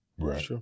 Right